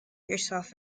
yourself